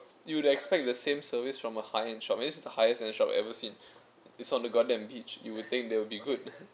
you would expect the same service from a high end shop that's the highest end shop I've ever seen it's on the goddamn beach you would think they would be good